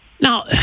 Now